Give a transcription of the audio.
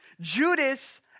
Judas